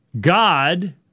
God